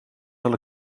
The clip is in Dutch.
zal